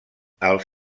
els